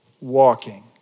Walking